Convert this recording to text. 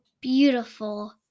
beautiful